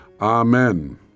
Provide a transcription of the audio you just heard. Amen